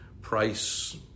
price